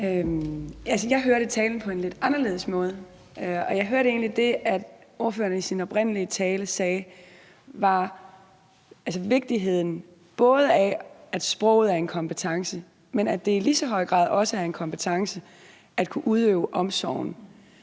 Jeg hørte talen på en lidt anderledes måde. Jeg hørte egentlig, at det, ordføreren oprindelig sagde i sin tale, var noget om vigtigheden af, at sproget er en kompetence, men at det i lige så høj grad også er en kompetence at kunne udøve omsorgen.